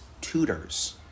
tutors